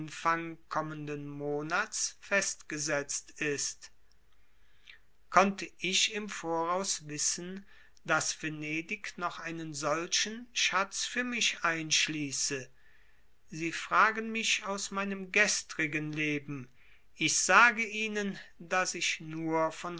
anfang kommenden monats festgesetzt ist konnte ich im voraus wissen daß venedig noch einen solchen schatz für mich einschließe sie fragen mich aus meinem gestrigen leben ich sage ihnen daß ich nur von